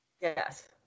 Yes